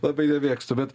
labai nemėgstu bet